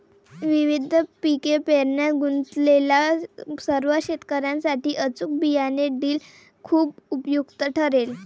विविध पिके पेरण्यात गुंतलेल्या सर्व शेतकर्यांसाठी अचूक बियाणे ड्रिल खूप उपयुक्त ठरेल